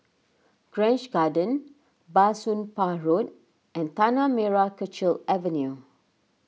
Grange Garden Bah Soon Pah Road and Tanah Merah Kechil Avenue